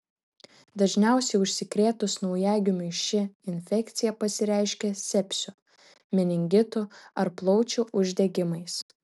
dažniausiai užsikrėtus naujagimiui ši infekcija pasireiškia sepsiu meningitu ar plaučių uždegimais